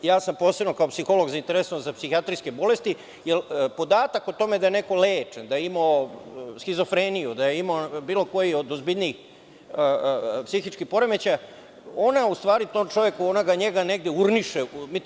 Ja sam posebno kao psiholog zainteresovan za psihijatrijske bolesti, jer podatak o tome da je neko lečen, da je imao šizofreniju, da je imao bilo koju od ozbiljnijih psihičkih poremećaja, to u stvari tog čoveka negde urniše.